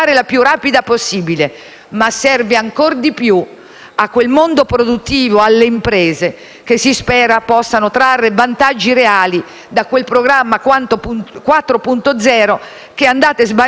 al mondo produttivo, alle imprese, che si spera possano trarre vantaggi reali da quel programma 4.0 che andate sbandierando ma che è ancora lontanissimo dal realizzarsi.